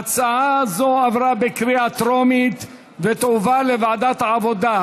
ההצעה התקבלה בקריאה טרומית ותועבר לוועדת העבודה,